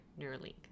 Neuralink